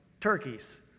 turkeys